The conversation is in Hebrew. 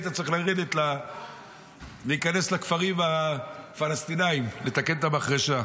היית צריך להיכנס לכפרים הפלסטינים לתקן את המחרשה.